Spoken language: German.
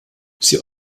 sie